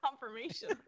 confirmation